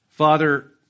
Father